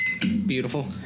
Beautiful